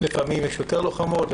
לפעמים יש יותר לוחמות,